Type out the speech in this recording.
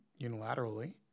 Unilaterally